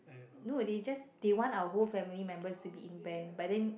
no they just they want our whole family members to be in band but then